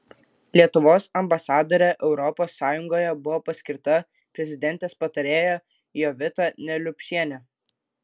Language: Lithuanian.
lietuvos ambasadore europos sąjungoje buvo paskirta prezidentės patarėja jovita neliupšienė